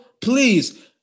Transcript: please